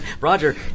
Roger